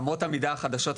אמות המידה החדשות,